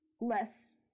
Less